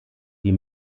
die